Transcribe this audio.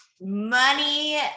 Money